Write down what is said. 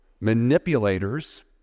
manipulators